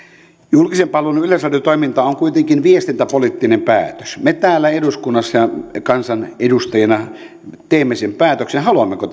julkisen palvelun yleisradiotoiminta on kuitenkin viestintäpoliittinen päätös me täällä eduskunnassa kansanedustajina teemme sen päätöksen haluammeko